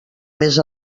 més